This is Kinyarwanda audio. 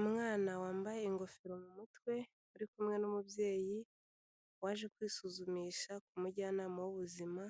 Umwana wambaye ingofero mu mutwe, uri kumwe n'umubyeyi, waje kwisuzumisha ku mujyanama w'ubuzima,